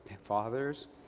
fathers